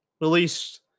released